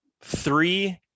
three